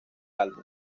álbum